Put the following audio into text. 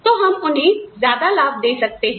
तो हम उन्हें ज्यादा लाभ दे सकते हैं